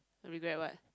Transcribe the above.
regret what